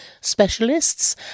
specialists